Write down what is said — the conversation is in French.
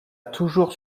toujours